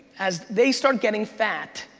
as they start getting fat,